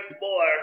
more